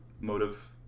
motive